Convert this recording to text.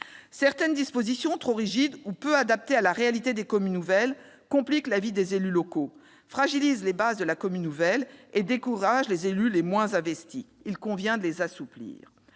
Certaines dispositions trop rigides ou peu adaptées à la réalité des communes nouvelles compliquent la vie des élus locaux, fragilisent les bases de la commune nouvelle et découragent les élus les moins investis. Il convient de les assouplir.